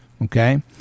Okay